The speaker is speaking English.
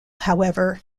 however